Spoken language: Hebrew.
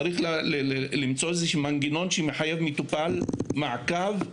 צריך למצוא איזה שהוא מנגנון שמחייב מטופל במעקב של